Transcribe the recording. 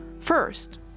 First